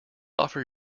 offer